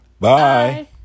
Bye